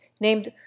named